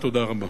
תודה.